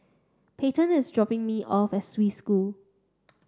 Peyton is dropping me off at Swiss School